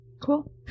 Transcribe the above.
Cool